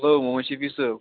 hello Mohammad Shafi صٲب